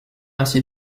ainsi